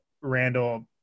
Randall